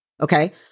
Okay